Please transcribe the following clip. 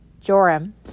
Joram